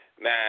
now